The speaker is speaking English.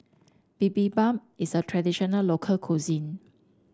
Bibimbap is a traditional local cuisine